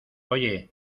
oye